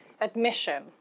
admission